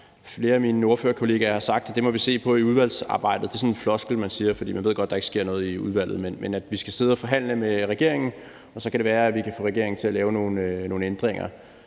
Flere af mine ordførerkolleger har sagt, at det må vi se på i udvalgsarbejdet. Det er sådan en floskel, man siger, for man ved godt, at der ikke sker noget i udvalget. Men vi skal sidde og forhandle med regeringen, og så kan det være, vi kan få regeringen til at lave nogle ændringer,